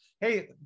Hey